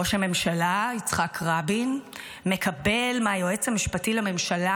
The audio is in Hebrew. ראש הממשלה יצחק רבין מקבל מהיועץ המשפטי לממשלה